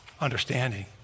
understanding